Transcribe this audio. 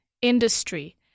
industry